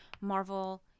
Marvel